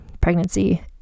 pregnancy